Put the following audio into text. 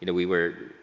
and we were,